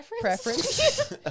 preference